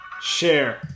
Share